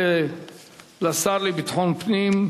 לשר לביטחון פנים,